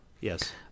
Yes